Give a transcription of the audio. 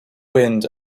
wind